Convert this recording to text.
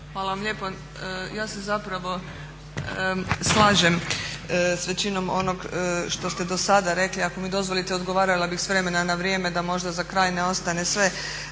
Hvala lijepo. Ja se zapravo slažem s većinom onog što ste do sada rekli. Ako mi dozvolite odgovarala bih s vremena na vrijeme da možda za kraj ne ostane sve.